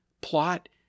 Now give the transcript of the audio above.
plot